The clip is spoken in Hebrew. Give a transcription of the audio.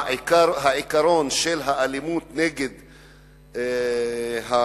העיקרון של האלימות נגד ילדים,